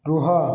ରୁହ